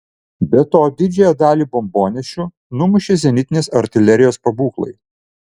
be to didžiąją dalį bombonešių numušė zenitinės artilerijos pabūklai